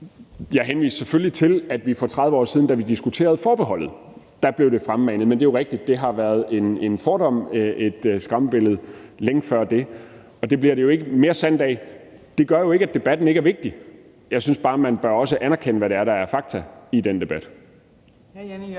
Jeg henviste selvfølgelig til, at det blev fremmanet for 30 år siden, da vi diskuterede forbeholdet. Men det er jo rigtigt, at det har været en fordom, et skræmmebillede længe før det, og det bliver det jo ikke mere sandt af. Det gør jo ikke, at debatten ikke er vigtig. Jeg synes bare, at man også bør anerkende, hvad det er, der er fakta i den debat. Kl.